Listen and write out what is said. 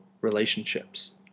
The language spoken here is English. relationships